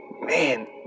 man